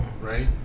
right